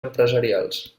empresarials